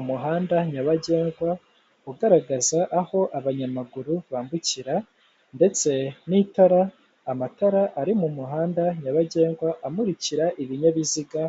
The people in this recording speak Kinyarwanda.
Umuhanda nyabagendwa ugaragaza aho abanyamaguru bambukira ndetse n'itara, amatara ari mu muhanda nyabagendwa amurikira ibinyabiziga